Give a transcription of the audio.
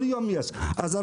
כל יום יש אזהרה.